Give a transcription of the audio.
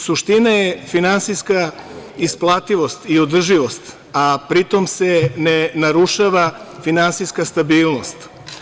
Suština je finansijska isplativost i održivost, a pritom se ne narušava finansijska stabilnost.